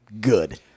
good